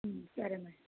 సరే మేడం